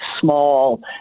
small